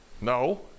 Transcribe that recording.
No